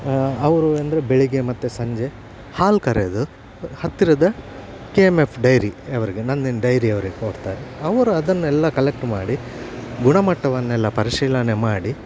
ಅವರು ಎಂದರೆ ಬೆಳಿಗ್ಗೆ ಮತ್ತೆ ಸಂಜೆ ಹಾಲು ಕರೆಯೋದು ಹತ್ತಿರದ ಕೆ ಎಮ್ ಎಫ್ ಡೈರಿ ಅವರಿಗೆ ನಂದಿನಿ ಡೈರಿ ಅವ್ರಿಗೆ ಕೊಡ್ತಾರೆ ಅವರು ಅದನ್ನೆಲ್ಲ ಕಲೆಕ್ಟ್ ಮಾಡಿ ಗುಣಮಟ್ಟವನ್ನೆಲ್ಲ ಪರಿಶೀಲನೆ ಮಾಡಿ